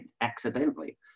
accidentally